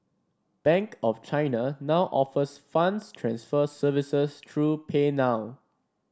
Bank of China now offers funds transfer services through PayNow